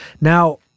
Now